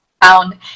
found